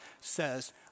says